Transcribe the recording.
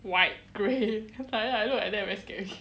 white grey like that I look like that very scary